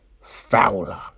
Fowler